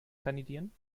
kandidieren